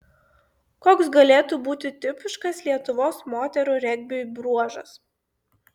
koks galėtų būti tipiškas lietuvos moterų regbiui bruožas